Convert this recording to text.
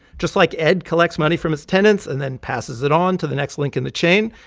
just like ed collects money from his tenants and then passes it on to the next link in the chain,